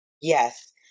Yes